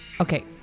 okay